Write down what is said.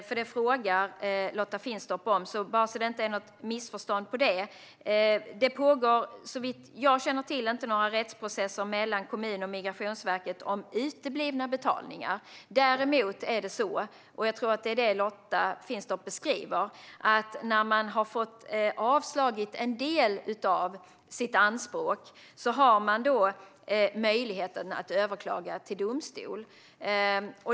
Bara så att det inte ska råda något missförstånd vill jag säga att det inte, såvitt jag känner till, pågår några rättsprocesser mellan kommuner och Migrationsverket om uteblivna betalningar. Däremot är det så - och jag tror att det är detta Lotta Finstorp beskriver - att när en kommun får en del av sitt anspråk avslaget har man möjlighet att överklaga i domstol.